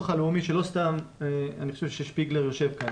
הלאומי שלא סתם אני חושב ששפיגלר יושב כאן.